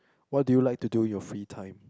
what do you like to do in your free time